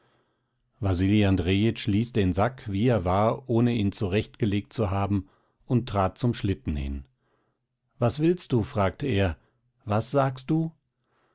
wasili andrejitsch ließ den sack wie er war ohne ihn zurechtgelegt zu haben und trat zum schlitten hin was willst du fragte er was sagst du